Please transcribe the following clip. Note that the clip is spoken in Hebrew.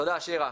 תודה שירה.